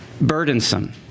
burdensome